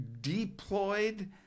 deployed